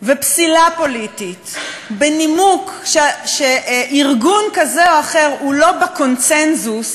ופסילה פוליטית בנימוק שארגון כזה או אחר הוא לא בקונסנזוס,